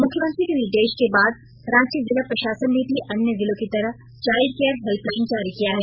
मुख्यमंत्री के निर्देश के बाद रांची जिला प्रशासन ने भी अन्य जिलों की तरह चाइल्ड केयर हेल्पलाइन जारी किया है